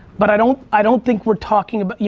but i don't i don't think we're talking about, you